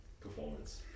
performance